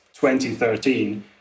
2013